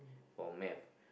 for math